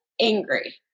angry